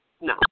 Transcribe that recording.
No